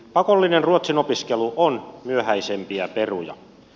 pakollinen ruotsin opiskelu on myöhäisempiä peruja